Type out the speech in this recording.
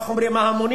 איך אומרים ההמונים?